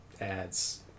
ads